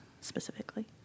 specifically